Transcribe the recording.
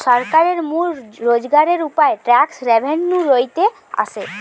সরকারের মূল রোজগারের উপায় ট্যাক্স রেভেন্যু লইতে আসে